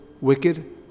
wicked